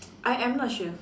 I am not sure